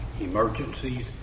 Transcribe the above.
emergencies